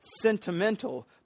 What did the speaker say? sentimental